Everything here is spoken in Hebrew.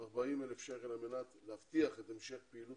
40,000 שקל על מנת להבטיח את המשך פעילות